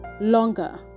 longer